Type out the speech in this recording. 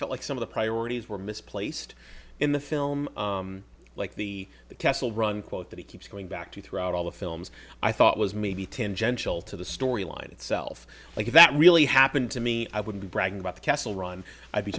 felt like some of the priorities were misplaced in the film like the castle run quote that he keeps going back to throughout all the films i thought was maybe ten gentle to the storyline itself like that really happened to me i wouldn't brag about the castle run i'd be